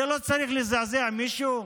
זה לא צריך לזעזע מישהו?